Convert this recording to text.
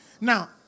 Now